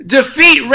Defeat